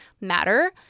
matter